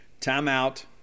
Timeout